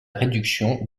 réduction